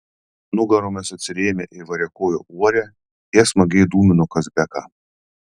nugaromis atsirėmę į variakojo uorę jie smagiai dūmino kazbeką